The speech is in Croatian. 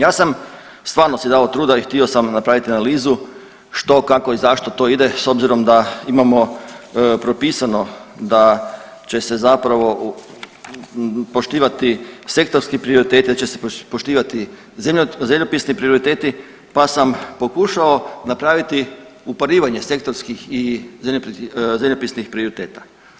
Nadalje, ja sam stvarno si dao truda i htio sam napraviti analizu što, kako i zašto to ide s obzirom da imamo propisano da će se zapravo poštivati sektorski prioriteti, da će se poštivati zemljopisni prioriteti pa sam pokušao napraviti uparivanje sektorskih i zemljopisnih prioriteta.